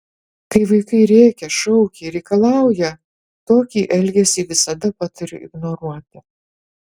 kai vaikas rėkia šaukia ir reikalauja tokį elgesį visada patariu ignoruoti